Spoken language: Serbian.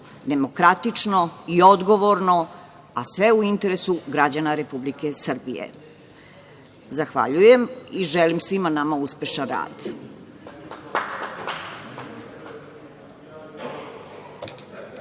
demokratično i odgovorno, a sve u interesu građana Republike Srbije. Zahvaljujem i želim svima nama uspešan rad.